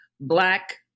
Black